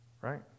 Right